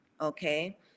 Okay